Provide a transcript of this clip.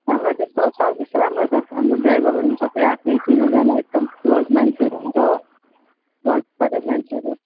हाम्रो त्यस्तो सर्विस राम्रो छ हाम्रो ड्राइभरहरू पनि आफ्नै चिनोजानो एकदम क्लोज मान्छेहरू हुन्छ हो भरोसाकै मान्छेहरू